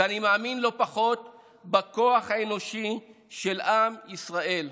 ואני מאמין לא פחות בכוח האנושי של עם ישראל.